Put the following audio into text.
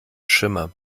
schimmer